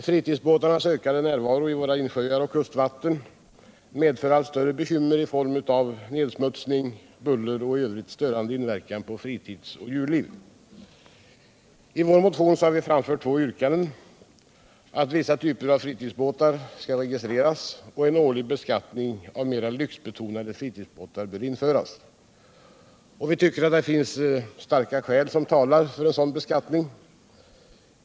Fritidsbåtarnas ökade närvaro i våra insjöar och kustvatten medför allt större bekymmer i form av nedsmutsning. buller och 1 Övrigt störande inverkan på fritids och djurliv. I vår motion har vi framfört två yrkanden, nämligen att vissa typer av fritidsbåtar skall registreras och att en årlig beskattning av mera lyxbetonade fritidsbåtar skall införas. | Vitlycker att starka skäl talar för en sådan beskattning.